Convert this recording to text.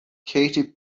katy